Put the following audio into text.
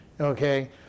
okay